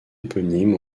éponyme